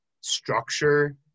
structure